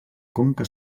conca